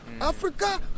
Africa